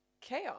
chaos